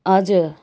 हजुर